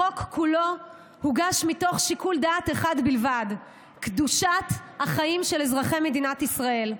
החוק כולו הוגש מתוך שיקול אחד בלבד: קדושת החיים של אזרחי מדינת ישראל.